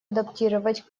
адаптировать